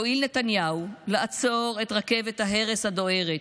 יואיל נתניהו לעצור את רכבת ההרס הדוהרת